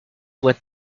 voix